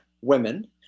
women